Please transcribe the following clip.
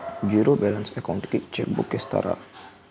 Zero balance account కి cheque book ఇస్తారా?